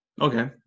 Okay